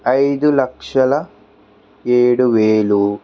ఐదులక్షల ఏడువేలు